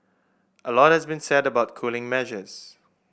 a lot has been said about cooling measures